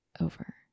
over